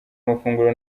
amafunguro